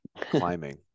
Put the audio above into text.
climbing